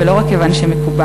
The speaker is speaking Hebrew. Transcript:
ולא רק כיוון שמקובל,